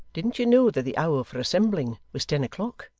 didn't you know that the hour for assembling was ten o'clock